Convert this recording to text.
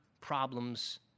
problems